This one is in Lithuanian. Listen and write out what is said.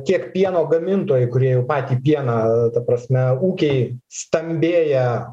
tiek pieno gamintojai kurie jau patį pieną ta prasme ūkiai stambėja